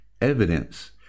evidence